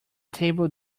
table